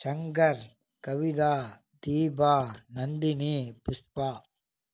Shankar Kavitha Deepa Nandini Pushpa